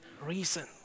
reason